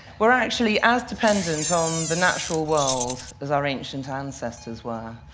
we're actually as dependent on the natural world as our ancient ancestors were.